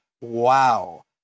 wow